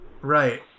Right